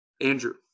Andrew